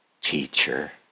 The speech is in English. teacher